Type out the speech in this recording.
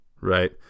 right